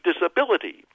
Disability